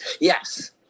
yes